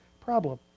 problem